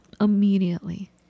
Immediately